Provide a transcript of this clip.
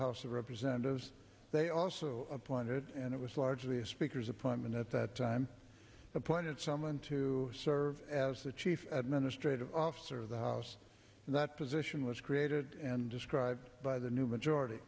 house of representatives they also appointed and it was largely a speaker's appointment at that time appointed someone to serve as the chief administrative officer of the house and that position was created and described by the new majority